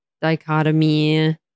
dichotomy